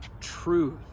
truth